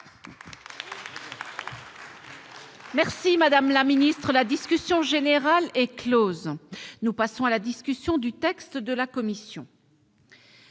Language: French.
ainsi ! Très bien ! La discussion générale est close. Nous passons à la discussion du texte de la commission.